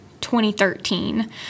2013